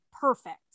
perfect